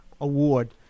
Award